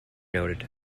noted